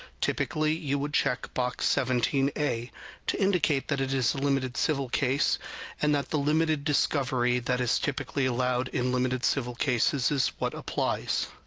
typically you would check box seventeen a to indicate that it is a limited civil case and that the limited discovery that is typically allowed in limited civil cases is what applies.